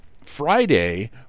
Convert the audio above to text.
Friday